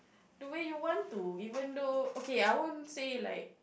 do we want to even though okay I won't say like